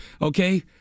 okay